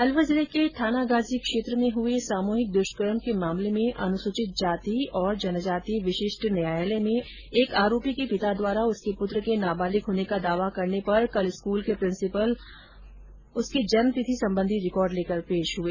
अलवर जिले के थानागाजी क्षेत्र में हुए सामुहिक दुष्कर्म के मामले में अनुसूचित जाति और जनजाति मामलों के विशिष्ट न्यायालय में एक आरोपी के पिता द्वारा उसके पुत्र के नाबालिग होने का दावा करने पर कल स्कूल के प्रिंसीपल उसकी जन्म तिथि संबंधी रिकॉर्ड लेकर पेश हए